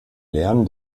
lernen